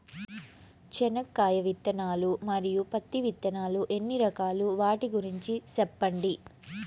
చెనక్కాయ విత్తనాలు, మరియు పత్తి విత్తనాలు ఎన్ని రకాలు వాటి గురించి సెప్పండి?